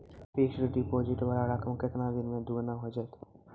Fixed deposit वाला रकम केतना दिन मे दुगूना हो जाएत यो?